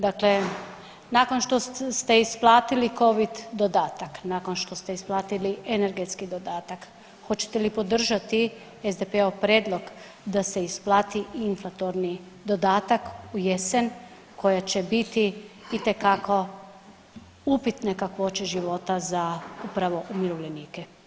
Dakle, nakon što ste isplatili covid dodatak, nakon što ste isplatili energetski dodatak hoćete li podržati SDP-ov prijedlog da se isplati i inflatorni dodatak u jesen koja će biti itekako upitne kakvoće života za upravo umirovljenike.